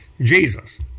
Jesus